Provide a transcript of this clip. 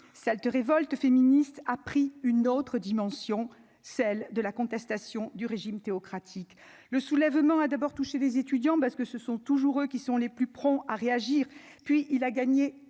ça te révolte féministe a pris une autre dimension, celle de la contestation du régime théocratique le soulèvement a d'abord touché des étudiants parce que ce sont toujours eux qui sont les plus prompts à réagir, puis il a gagné